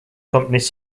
companies